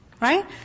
Right